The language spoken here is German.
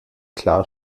klar